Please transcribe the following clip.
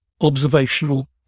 observational